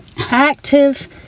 active